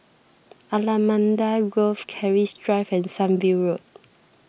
Allamanda Grove Keris Drive and Sunview Road